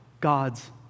God's